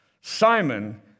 Simon